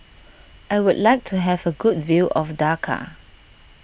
I would like to have a good view of Dhaka